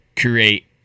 create